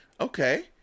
Okay